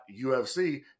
UFC